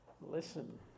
listen